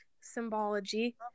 symbology